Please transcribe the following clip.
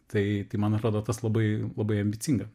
tai tai man atrodo tas labai labai ambicinga